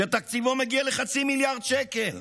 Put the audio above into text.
שתקציבו מגיע לחצי מיליארד שקל.